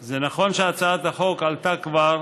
זה נכון שהצעת החוק עלתה כבר,